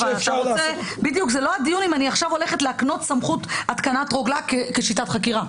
זה לא הדיון אם אני עכשיו הולכת להקנות סמכות התקנת רוגלה כשיטת חקירה.